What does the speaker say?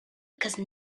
because